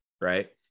Right